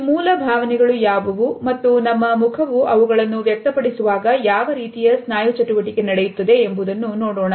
ಈ ಮೂಲ ಭಾವನೆಗಳು ಯಾವುವು ಮತ್ತು ನಮ್ಮ ಮುಖವು ಗಳನ್ನು ವ್ಯಕ್ತಪಡಿಸುವಾಗ ಯಾವ ರೀತಿಯ ಸ್ನಾಯು ಚಟುವಟಿಕೆ ನಡೆಯುತ್ತದೆ ಎಂಬುದನ್ನು ನೋಡೋಣ